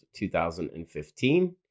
2015